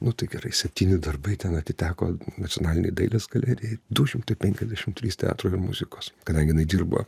nu tai gerai septyni darbai ten atiteko nacionalinei dailės galerijai du šimtai penkiasdešimt trys teatro ir muzikos kadangi jinai dirbo